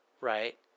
right